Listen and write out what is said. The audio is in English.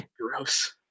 gross